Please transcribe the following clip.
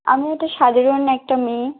আমিও তো সাধারণ একটা মেয়ে